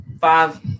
five